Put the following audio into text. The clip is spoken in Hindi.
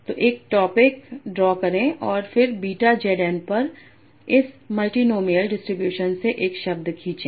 तो एक टॉपिक् ड्रॉ करें और फिर बीटा Z n पर इस मल्टीनोमिअल डिस्ट्रीब्यूशन से एक शब्द खींचें